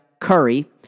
Curry